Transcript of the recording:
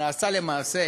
שנעשה למעשה,